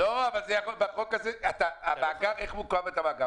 לא, אבל איך מוקם המאגר?